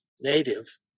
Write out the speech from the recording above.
native